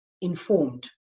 informed